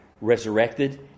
resurrected